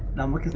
number